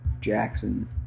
Jackson